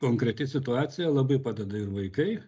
konkreti situacija labai padeda ir vaikai